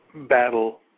battle